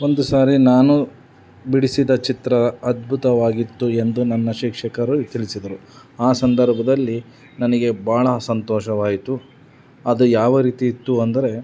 ಒಂದು ಸಾರಿ ನಾನು ಬಿಡಿಸಿದ ಚಿತ್ರ ಅದ್ಭುತವಾಗಿತ್ತು ಎಂದು ನನ್ನ ಶಿಕ್ಷಕರು ತಿಳಿಸಿದರು ಆ ಸಂದರ್ಭದಲ್ಲಿ ನನಗೆ ಬಹಳ ಸಂತೋಷವಾಯಿತು ಅದು ಯಾವ ರೀತಿ ಇತ್ತು ಅಂದರೆ